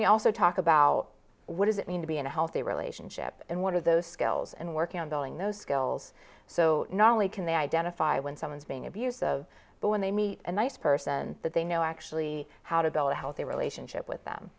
we also talk about what does it mean to be in a healthy relationship and one of those skills and working on going those skills so not only can they identify when someone's being abusive but when they meet a nice person that they know actually how to build a healthy relationship with them